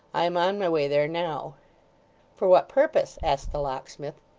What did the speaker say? i am on my way there now for what purpose asked the locksmith.